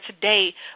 today